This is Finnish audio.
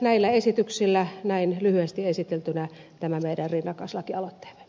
näillä esityksillä näin lyhyesti esiteltynä tämä meidän rinnakkaislakialoitteemme